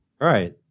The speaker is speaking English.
Right